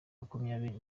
makumyabiri